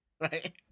Right